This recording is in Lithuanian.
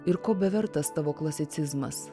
ir ko bevertas tavo klasicizmas